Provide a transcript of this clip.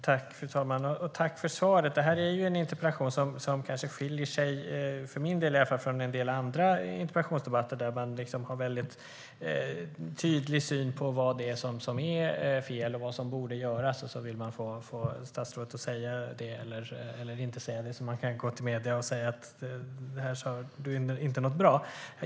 Fru talman! Jag tackar statsrådet för svaret. Den här interpellationsdebatten skiljer sig från dem där man har en tydlig syn på vad som är fel och vad som bör göras och där man vill få statsrådet att säga något eller inte så att man kan gå till medierna och säga att det inte var bra.